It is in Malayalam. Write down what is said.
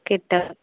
കിട്ടും